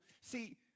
See